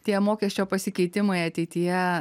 tie mokesčio pasikeitimai ateityje